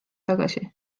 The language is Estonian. tagasi